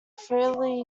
freely